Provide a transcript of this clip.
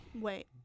Wait